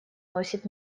носит